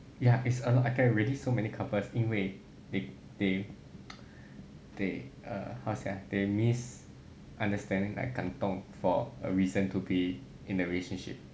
ya it's lot I can really so many couples 因为 they they they err how to say ah they misunderstand like 感动 for a reason to be in the relationship